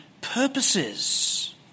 purposes